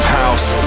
house